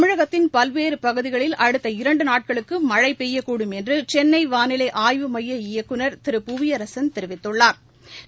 தமிழகத்தின் பல்வேறு பகுதிகளில் அடுத்த இரண்டு நாட்களுக்கு மழழ பெய்யக்கூடும் என்று சென்னை வானிலை ஆய்வு மைய இயக்குநர் திரு புவியரசன் தெரிவித்துள்ளாா்